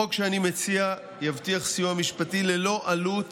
החוק שאני מציע יבטיח סיוע משפטי ללא עלות